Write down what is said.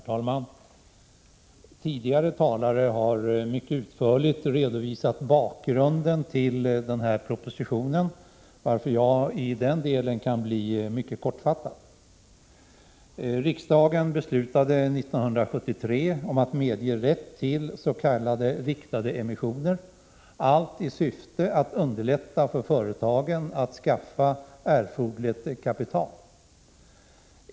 Herr talman! Tidigare talare har mycket utförligt redovisat bakgrunden till den här propositionen, varför jag i den delen kan bli mycket kortfattad. Riksdagen beslutade 1973 om att medge rätt till s.k. riktade emissioner, allt i syfte att underlätta för företagen att skaffa erforderligt kapital.